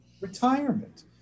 retirement